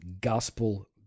gospel